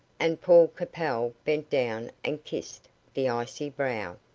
and paul capel bent down and kissed the icy brow.